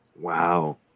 Wow